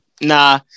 Nah